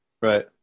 right